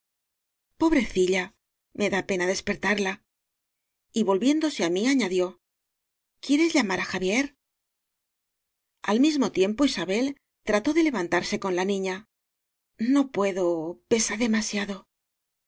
oro pobrecilla me da pena despertarla y volviéndose á mí añadió quieres llamar á xavier al mismo tiempo isabel trató de levantar se con la niña no puedo pesa demasiado